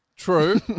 true